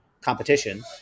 competition